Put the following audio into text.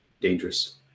dangerous